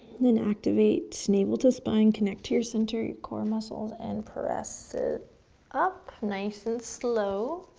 then activate navel to spine, connect to your center, your core muscles and press it up nice and slow.